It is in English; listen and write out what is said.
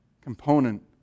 component